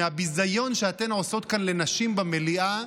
מהביזיון שאתן עושות כאן לנשים במליאה,